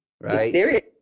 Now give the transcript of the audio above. right